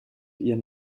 ihren